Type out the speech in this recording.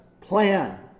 plan